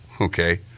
okay